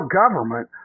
government